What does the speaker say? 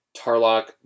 tarlock